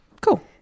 Cool